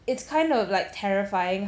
it's kind of like terrifying